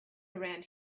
around